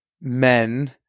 men